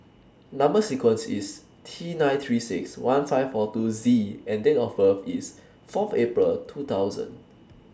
Number sequence IS T nine three six one five four two Z and Date of birth IS Fourth April two thousand